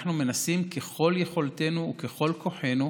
ככל יכולתנו וככל כוחנו,